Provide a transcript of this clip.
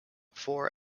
for